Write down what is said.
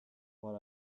but